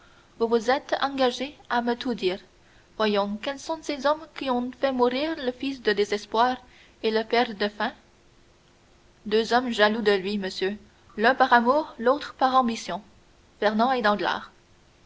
vous vous êtes engagé à me tout dire voyons quels sont ces hommes qui ont fait mourir le fils de désespoir et le père de faim deux hommes jaloux de lui monsieur l'un par amour l'autre par ambition fernand et